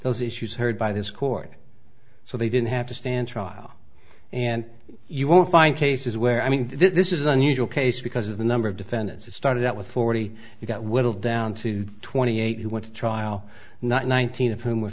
those issues heard by this court so they didn't have to stand trial and you won't find cases where i mean this is an unusual case because the number of defendants who started out with forty got whittled down to twenty eight who went to trial not one thousand of whom were